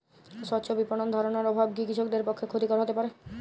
স্বচ্ছ বিপণন ধারণার অভাব কি কৃষকদের পক্ষে ক্ষতিকর হতে পারে?